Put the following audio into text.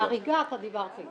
על הריגה דיברת איתי.